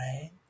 right